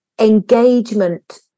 engagement